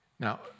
Now